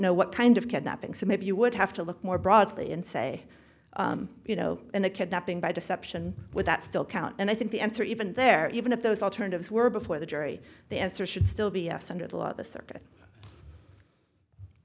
know what kind of kidnapping so maybe you would have to look more broadly and say you know in a kidnapping by deception would that still count and i think the answer even there even if those alternatives were before the jury the answer should still be yes under the law the circuit